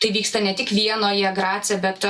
tai vyksta ne tik vienoje grace bet